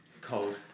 cold